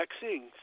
vaccines